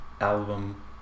album